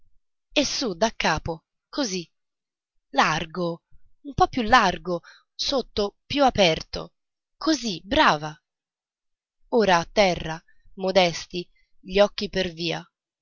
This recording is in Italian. e su da capo così largo un po più largo sotto più aperto così brava ora a terra modesti gli occhi per via